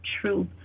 truth